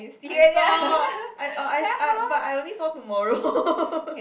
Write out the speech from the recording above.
I saw I oh I I but I only saw tomorrow